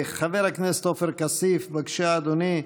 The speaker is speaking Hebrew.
חבר הכנסת עופר כסיף, בבקשה, אדוני.